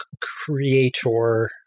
creator –